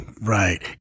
right